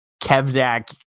Kevdak